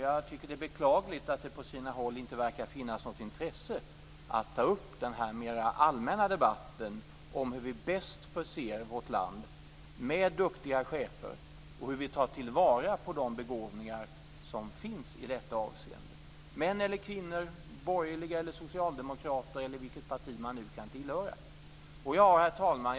Jag tycker att det är beklagligt att det på sina håll inte verkar finnas något intresse att ta upp denna mer allmänna debatt om hur vi bäst förser vårt land med duktiga chefer och hur vi tar till vara de begåvningar som finns i detta avseende - män eller kvinnor, borgerliga eller socialdemokrater eller vilket parti de nu kan tillhöra. Herr talman!